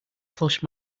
plush